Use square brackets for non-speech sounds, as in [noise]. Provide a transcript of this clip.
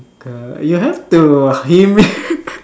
twinkle you have to hum it [laughs]